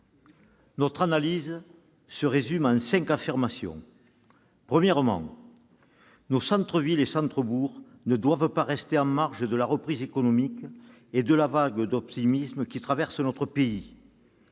Notre analyse se résume à cinq affirmations. Premièrement, nos centres-villes et centres-bourgs ne doivent pas rester en marge de la reprise économique et de la vague d'optimisme qui traversent notre pays.